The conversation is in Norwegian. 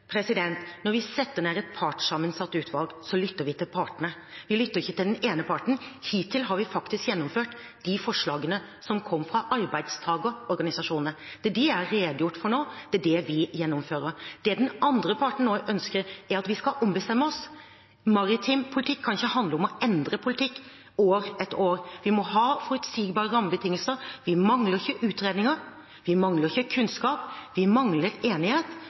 Når vi setter sammen et partssammensatt utvalg, lytter vi til partene. Vi lytter ikke til den ene parten. Hittil har vi faktisk gjennomført de forslagene som kom fra arbeidstakerorganisasjonene. Det er dem jeg har redegjort for nå. Det er det vi gjennomfører. Det som den andre parten nå ønsker, er at vi skal ombestemme oss. Maritim politikk kan ikke handle om å endre politikk år etter år. Vi må ha forutsigbare rammebetingelser. Vi mangler ikke utredninger. Vi mangler ikke kunnskap. Vi mangler enighet.